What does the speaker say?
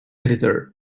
editor